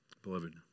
Beloved